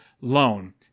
loan